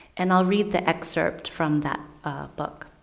and i'll read the excerpt from that book